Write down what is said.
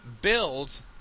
build